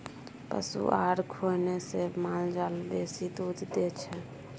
पशु आहार खुएने से माल जाल बेसी दूध दै छै